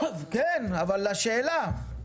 כן, אבל לשאלה.